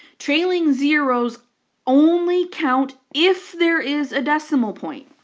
trailing zeroes only count if there is a decimal point.